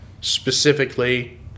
specifically